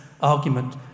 argument